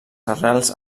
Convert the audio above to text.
arrels